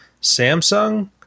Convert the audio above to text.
Samsung